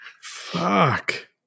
Fuck